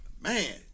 man